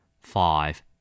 Five